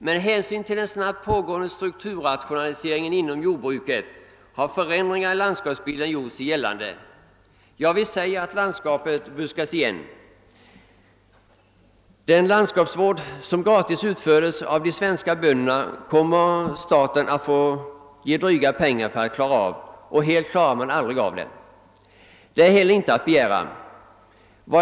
På grund av den snabbt pågående strukturrationaliseringen inom jordbruket har landskapsbilden förändrats; ja, det sägs att landskapet håller på att buskas igen. Den landskapsvård som gratis utförts av de svenska bönderna kommer staten i fortsättningen att få ge ut dryga pengar för att klara av. Helt kan man aldrig bemästra denna uppgift, och det är heller inte att begära.